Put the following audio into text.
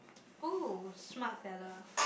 oh smart fella